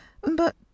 But